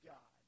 God